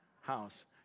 house